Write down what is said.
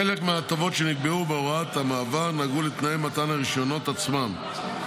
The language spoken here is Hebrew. חלק מההטבות שנקבעו בהוראת המעבר נגעו לתנאי מתן הרישיונות עצמם,